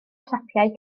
siapiau